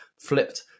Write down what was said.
flipped